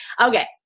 Okay